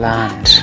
Land